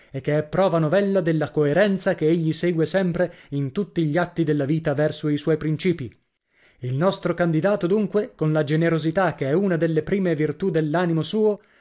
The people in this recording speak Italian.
e che è prova novella della coerenza che egli segue sempre in tutti gli atti della vita verso i suoi principii il nostro candidato dunque con la generosità che è una delle prime virtù dell'animo suo